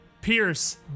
pierce